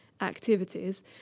activities